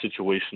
situational